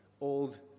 old